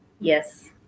yes